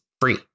free